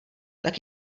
tak